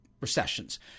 recessions